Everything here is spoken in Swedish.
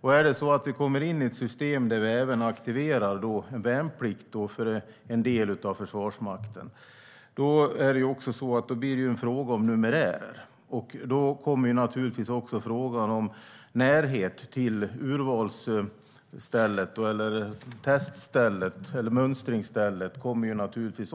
Om vi kommer in i ett system där vi även aktiverar värnplikt för en del av Försvarsmakten blir det en fråga om numerärer, och då kommer naturligtvis också frågan om närhet till mönstringsstället